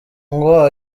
ngo